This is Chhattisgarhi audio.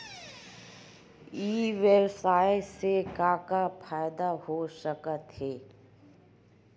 ई व्यवसाय से का का फ़ायदा हो सकत हे?